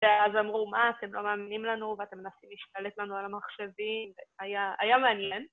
‫שאז אמרו, מה, אתם לא מאמינים לנו ‫ואתם מנסים להשתלט לנו על המחשבים? ‫היה מעניין.